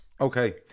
Okay